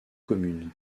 communes